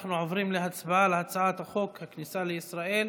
אנחנו עוברים להצבעה על הצעת חוק הכניסה לישראל